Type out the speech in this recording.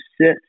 sit